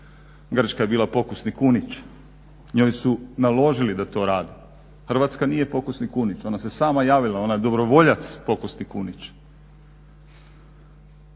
Grčka je bila pokusni kunić, njoj su naložili da to radi. Hrvatska nije pokusni kunić, ona se sama javila, ona je dobrovoljac pokusni kunić.